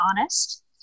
honest